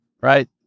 right